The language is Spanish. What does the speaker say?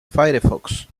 firefox